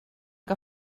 què